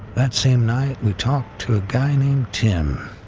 that same night we talk to a guy named tim.